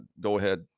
go-ahead